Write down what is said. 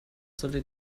solltet